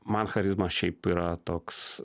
man charizma šiaip yra toks